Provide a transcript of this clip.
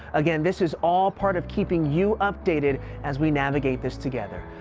again, this is all part of keeping you updated as we navigate this together.